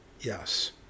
yes